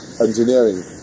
engineering